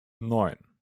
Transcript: neun